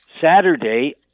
Saturday